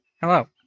Hello